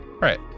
Right